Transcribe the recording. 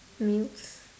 meals